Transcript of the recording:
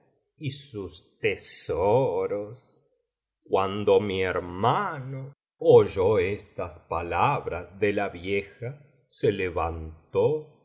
y sus tesoros cuando mi hermano oyó estas palabras de la vieja se levantó